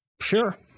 sure